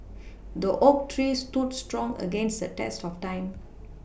the oak tree stood strong against the test of time